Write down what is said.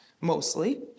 mostly